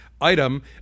item